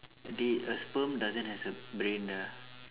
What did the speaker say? dey a sperm doesn't has a brain ah